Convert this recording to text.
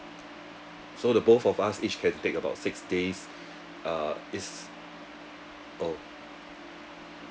so the both of us each can take about six days uh it's oh